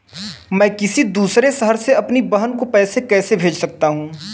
मैं किसी दूसरे शहर से अपनी बहन को पैसे कैसे भेज सकता हूँ?